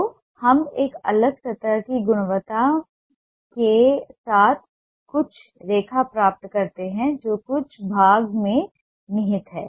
तो हम एक अलग सतह की गुणवत्ता के साथ कुछ रेखा प्राप्त करते हैं जो कुछ भाग में निहित है